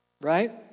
right